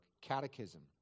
Catechism